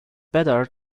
better